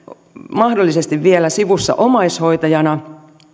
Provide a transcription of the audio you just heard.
mahdollisesti vielä sivussa omaishoitajina